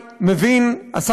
היום רוב התשלומים לעובדים זרים,